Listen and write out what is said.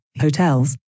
hotels